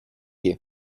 you